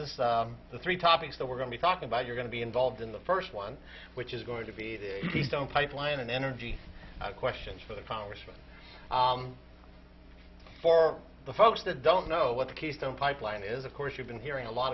this the three topics that we're going to talk about you're going to be involved in the first one which is going to be the dome pipeline an energy questions for the congressman for the folks that don't know what the keystone pipeline is of course you've been hearing a lot